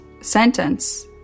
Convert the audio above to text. sentence